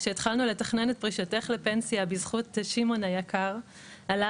כשהתחלנו לתכנן את פרישתך לפנסיה בזכות שמעון היקר עלה